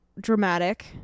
dramatic